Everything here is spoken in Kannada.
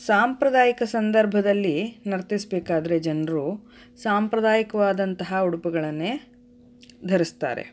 ಸಾಂಪ್ರದಾಯಿಕ ಸಂದರ್ಭದಲ್ಲಿ ನರ್ತಿಸಬೇಕಾದ್ರೆ ಜನರು ಸಾಂಪ್ರದಾಯಿಕವಾದಂತಹ ಉಡುಪುಗಳನ್ನೇ ಧರಿಸ್ತಾರೆ